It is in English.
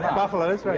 buffaloes.